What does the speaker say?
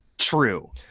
true